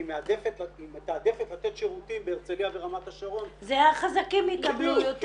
היא מתעדפת לתת שירותים בהרצליה ורמת השרון --- זה החזקים יקבלו יותר,